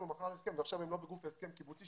ועכשיו הם לא בגוף ההסכם הקיבוצי,